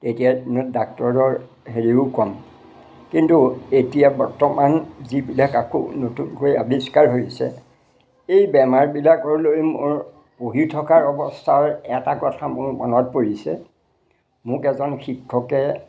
তেতিয়া ডাক্তৰৰ হেৰিও কম কিন্তু এতিয়া বৰ্তমান যিবিলাক আকৌ নতুনকৈ আৱিষ্কাৰ হৈছে এই বেমাৰবিলাকলৈ মোৰ পঢ়ি থকাৰ অৱস্থাৰ এটা কথা মোৰ মনত পৰিছে মোক এজন শিক্ষকে